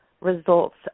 results